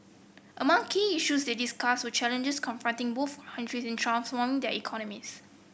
among key issues they discussed were challenges confronting both countries in transforming their economies